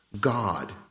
God